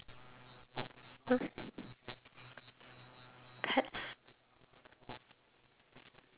pets